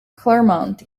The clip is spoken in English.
clermont